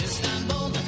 Istanbul